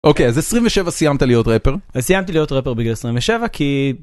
אוקיי אז עשרים ושבע סיימת להיות ראפר? סיימתי להיות ראפר בגלל עשרים ושבע כי...